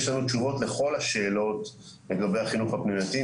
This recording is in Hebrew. יש לנו תשובות לכל השאלות לגבי החינוך הפנימייתי,